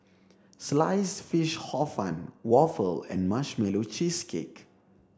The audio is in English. sliced fish hor fun waffle and marshmallow cheesecake